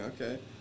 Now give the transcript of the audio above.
okay